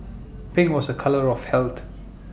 pink was A colour of health